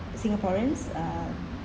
singaporeans um